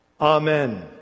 Amen